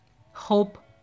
hope